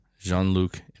Jean-Luc